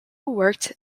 worked